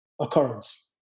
occurrence